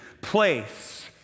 place